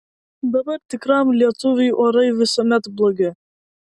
dabar tikram lietuviui orai visuomet blogi